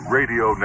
Radio